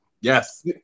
yes